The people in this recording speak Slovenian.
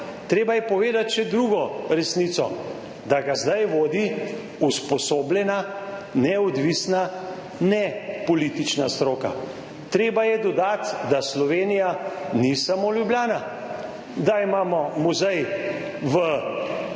Treba je povedati še drugo resnico – da ga zdaj vodi usposobljena, neodvisna, nepolitična stroka. Treba je dodati, da Slovenija ni samo Ljubljana, da imamo muzej v Ljubljani